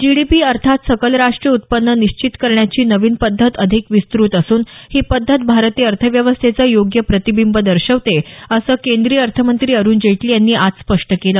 GDP अर्थात सकल राष्टीय उत्पन्न निश्चित करण्याची नविन पद्धत अधिक विस्तृत असून ही पद्धत भारतीय अर्थव्यवस्थेचं योग्य प्रतिबिंब दर्शवते असं केंद्रीय अर्थमंत्री अरुण जेटली यांनी आज स्पष्ट केलं